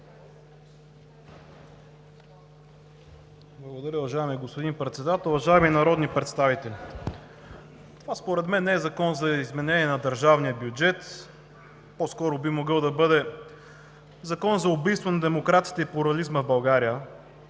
Благодаря, уважаеми господин Председател. Уважаеми народни представители! Това според мен не е Закон за изменение на държавния бюджет, а по-скоро би могъл да бъде Закон за убийство на демокрацията и плурализма в България